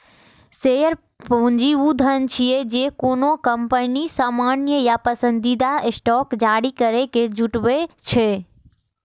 share पूंजी ऊ धन छियै, जे कोनो कंपनी सामान्य या पसंदीदा स्टॉक जारी करैके जुटबै छै